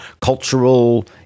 cultural